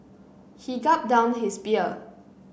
he gulped down his beer